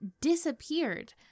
disappeared